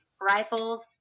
rifles